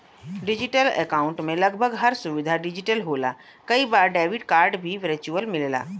digital account में लगभग हर सुविधा डिजिटल होला कई बार डेबिट कार्ड भी वर्चुअल मिलला